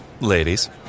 ladies